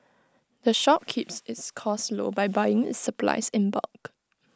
the shop keeps its costs low by buying its supplies in bulk